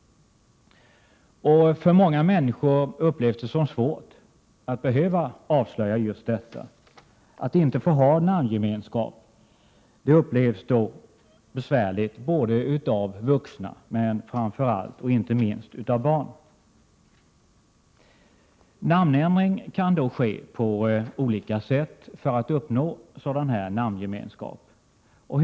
Många människor upplever det som svårt att behöva avslöja just det. Att inte få ha namngemenskap upplevs då som besvärligt, av de vuxna men framför allt av barnen. Namnändring för att uppnå namngemenskap kan då ske på olika sätt.